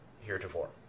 heretofore